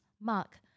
Mark